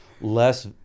less